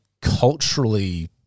culturally